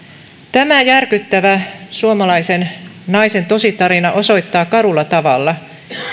tämä järkyttävä suomalaisen naisen tositarina osoittaa karulla tavalla